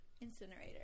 incinerator